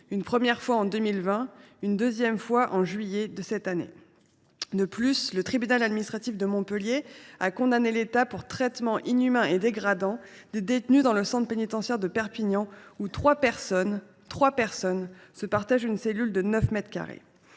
une première fois en 2020, une seconde fois en juillet dernier. De plus, le tribunal administratif de Montpellier a condamné l’État pour traitement inhumain et dégradant des détenus dans le centre pénitentiaire de Perpignan, où trois personnes – trois !– se partagent une cellule de neuf mètres carrés.